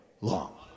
long